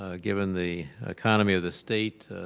ah given the economy of the state,